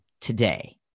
today